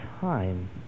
time